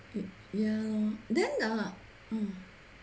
ya lor then uh